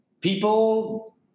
people